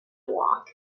walk